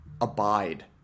abide